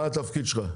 מה התפקיד שלך?